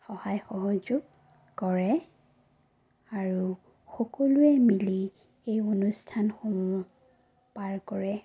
সহায় সহযোগ কৰে আৰু সকলোৱে মিলি এই অনুষ্ঠানসমূহ পাৰ কৰে